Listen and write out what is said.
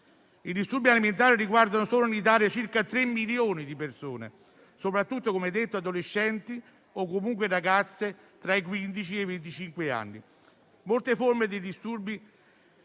I disturbi alimentari riguardano solo in Italia circa tre milioni di persone, soprattutto adolescenti o comunque ragazze tra i quindici e i venticinque anni. Molte forme di disturbi,